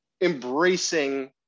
embracing